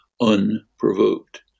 unprovoked